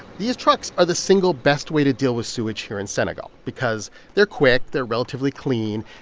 these trucks are the single-best way to deal with sewage here in senegal because they're quick, they're relatively clean,